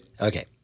Okay